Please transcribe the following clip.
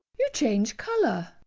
you change colour.